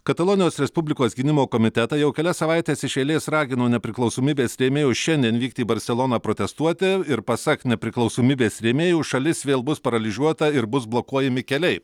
katalonijos respublikos gynimo komitetą jau kelias savaites iš eilės ragino nepriklausomybės rėmėjų šiandien vykti į barseloną protestuoti ir pasak nepriklausomybės rėmėjų šalis vėl bus paralyžiuota ir bus blokuojami keliai